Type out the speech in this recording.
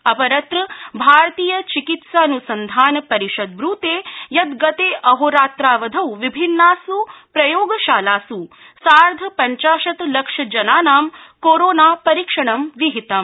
अपरत्र भारतीय चिकित्सा न्सन्धान परिषद ब्रूते यत् गते अहोरात्रावधौ विभिन्नास् प्रयोगशालास् सार्ध पंचाशत् लक्ष जनानां कोरोना परीक्षणं विहितम्